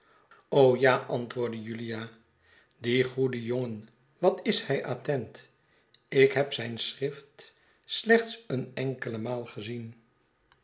ja antwoordde julia die goede jongen wat is hij attent ik heb zijn schrift slechts eene enkele maal gezien